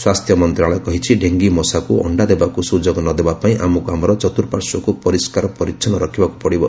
ସ୍ୱାସ୍ଥ୍ୟ ମନ୍ତାଳୟ କହିଛି ଡେଙ୍ଗୀ ମଶାକୁ ଅଣ୍ଡା ଦେବାକୁ ସୁଯୋଗ ନଦେବା ପାଇଁ ଆମକୁ ଆମର ଚର୍ତ୍ତୁପାର୍ଶ୍ୱକୁ ପରିସ୍କାର ପରିଚ୍ଛନ୍ ରଖିବାକୁ ପଡିବ